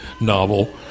novel